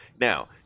Now